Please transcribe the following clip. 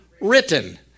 written